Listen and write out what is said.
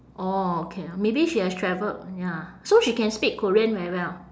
orh okay maybe she has travelled ya so she can speak korean very well